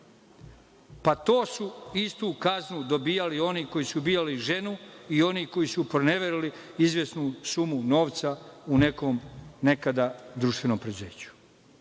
dela. Istu kaznu su dobijali oni koji su ubijali ženu i oni koji su proneverili izvesnu sumu novca u nekom društvenom preduzeću. Ne